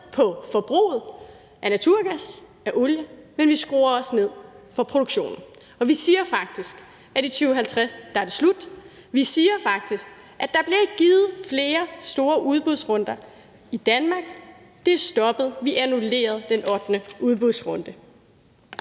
for forbruget af naturgas og af olie, men også for produktionen, og vi siger faktisk, at i 2050 er det slut. Vi siger faktisk, at der ikke bliver lavet flere store udbudsrunder i Danmark. Det er stoppet, vi annullerede den ottende udbudsrunde.